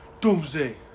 Doomsday